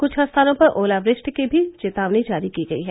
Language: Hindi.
क्छ स्थानों पर ओलावृष्टि की भी चेतावनी जारी की गयी है